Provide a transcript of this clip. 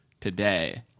today